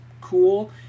cool